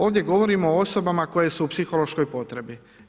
Ovdje govorimo o osobama koje su u psihološkoj potrebi.